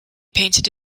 painted